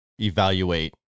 evaluate